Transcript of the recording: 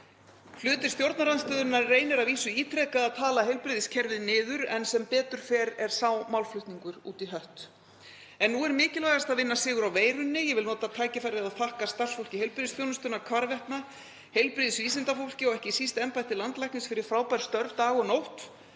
Hluti stjórnarandstöðunnar reynir að vísu ítrekað að tala heilbrigðiskerfið niður en sem betur fer er sá málflutningur út í hött. En nú er mikilvægast að vinna sigur á veirunni. Ég vil nota tækifærið og þakka starfsfólki heilbrigðisþjónustunnar hvarvetna, heilbrigðisvísindafólki og ekki síst embætti landlæknis fyrir frábær störf dag og nótt.